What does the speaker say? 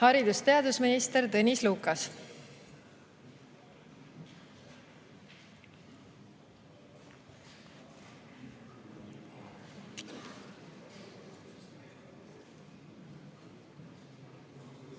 Haridus- ja teadusminister Tõnis Lukas.